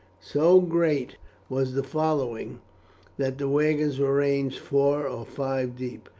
so great was the following that the wagons were ranged four or five deep.